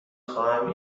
خواهم